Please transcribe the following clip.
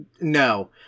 No